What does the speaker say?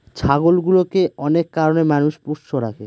ছাগলগুলোকে অনেক কারনে মানুষ পোষ্য রাখে